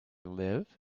live